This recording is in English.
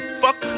fuck